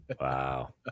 Wow